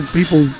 people